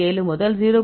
7 முதல் 0